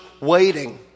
waiting